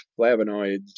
flavonoids